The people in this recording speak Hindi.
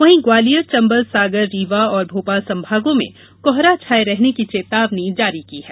वहीं ग्वालियर चंबल सागर रीवा और भोपाल संभागों में कोहरा छाये रहने की चेतावनी जारी की है